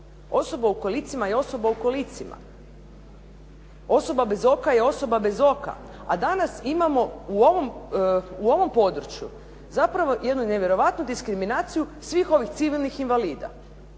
Osoba u kolicima je osoba u kolicima. Osoba bez oka je osoba bez oka. A danas imamo u ovom području zapravo jednu nevjerojatnu diskriminaciju svih ovih civilnih invalida.